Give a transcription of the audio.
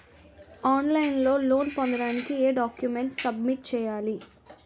On line లో loan పొందటానికి ఎం డాక్యుమెంట్స్ సబ్మిట్ చేయాలి?